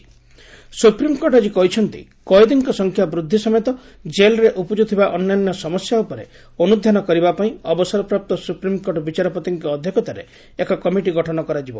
SC jail reforms supreme court ଆଜି କହିଛନ୍ତି କଏଦୀଙ୍କ ସଂଖ୍ୟାବୃଦ୍ଧି ସମେତ ଜେଲ୍ରେ ଉପୁଜୁଥିବା ଅନ୍ୟାନ୍ୟ ସମସ୍ୟା ଉପରେ ଅନୁଧ୍ୟାନ କରିବାପାଇଁ ଅବସରପ୍ରାପ୍ତ ସୁପ୍ରିମ୍କୋର୍ଟ ବିଚାରପତିଙ୍କ ଅଧ୍ୟକ୍ଷତାରେ ଏକ କମିଟି ଗଠନ କରାଯିବ